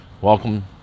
welcome